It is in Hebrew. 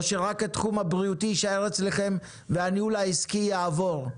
או שרק התחום הבריאותי יישאר אצלכם והניהול העסקי יעבור?